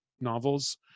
novels